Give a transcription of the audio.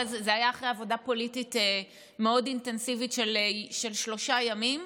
זה היה אחרי עבודה פוליטית מאוד אינטנסיבית של שלושה ימים.